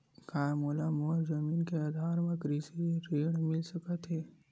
का मोला मोर जमीन के आधार म कृषि ऋण मिल सकत हे?